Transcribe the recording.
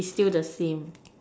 is still the same